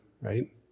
right